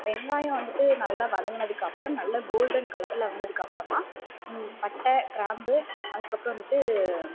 வெங்காயம் வந்துட்டு நல்லா வதங்கினதுக்கு அப்புறம் நல்லா கோல்டன் கலரில் வந்ததுக்கு அப்புறமா பட்டை கிராம்பு அதுக்கு அப்புறம் வந்துட்டு